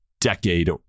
decade